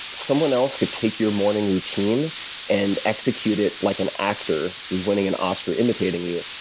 someone else could take your morning routine and execute it, like an actor who's winning an oscar imitating you,